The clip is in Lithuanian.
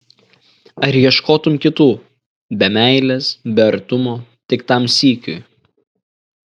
ar ieškotum kitų be meilės be artumo tik tam sykiui